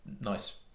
nice